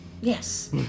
Yes